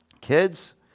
Kids